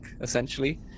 essentially